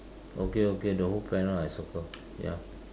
okay okay the whole panel I circle ya